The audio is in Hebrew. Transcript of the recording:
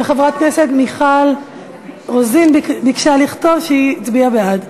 וחברת הכנסת מיכל רוזין ביקשה לכתוב שהיא הצביעה בעד.